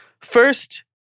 First